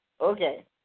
Okay